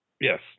Yes